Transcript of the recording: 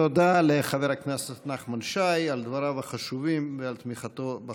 תודה לחבר הכנסת נחמן שי על דבריו החשובים ועל תמיכתו בחוק.